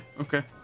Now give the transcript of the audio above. Okay